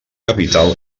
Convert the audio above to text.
capital